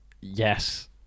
Yes